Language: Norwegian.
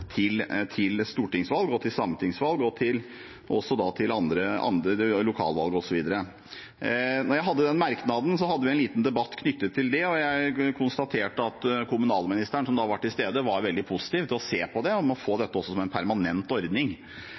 til stortingsvalg, til sametingsvalg og også til andre lokalvalg, osv. Da jeg hadde denne merknaden, hadde vi en liten debatt knyttet til det, og jeg konstaterte at kommunalministeren, som da var til stede, var veldig positiv til å se på det å få dette også som en permanent ordning.